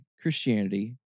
Christianity